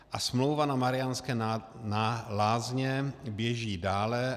A smlouva na Mariánské Lázně běží dále.